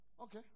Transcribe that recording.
Okay